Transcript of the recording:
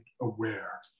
aware